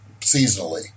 seasonally